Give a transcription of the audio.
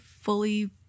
fully